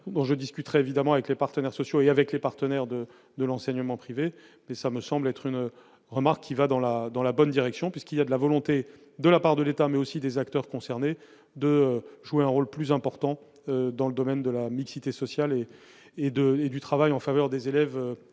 je discuterai évidemment avec les partenaires sociaux et avec les partenaires de de l'enseignement privé, mais ça me semble être une remarque qui va dans la dans la bonne direction, puisqu'il y a de la volonté de la part de l'État mais aussi des acteurs concernés, de jouer un rôle plus important dans le domaine de la mixité sociale et et de et du travail en faveur des élèves